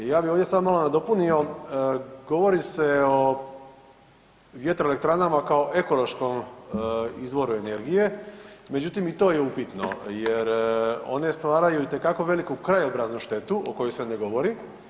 Ja bih ovdje sada malo nadopunio, govori se o VE kao o ekološkom izvoru energije, međutim i to je upitno jer one stvaraju itekako veliku krajobraznu štetu o kojoj se ne govori.